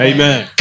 Amen